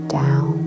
down